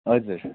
हजुर